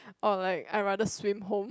or like I rather swim home